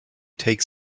take